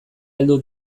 heldu